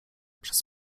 przez